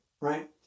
right